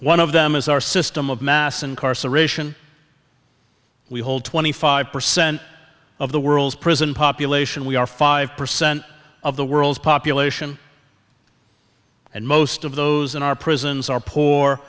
one of them is our system of mass incarceration we hold twenty five percent of the world's prison population we are five percent of the world's population and most of those in our prisons are poor